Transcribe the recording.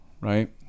right